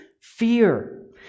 fear